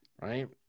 Right